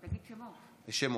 שמות: